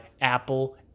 apple